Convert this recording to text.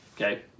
Okay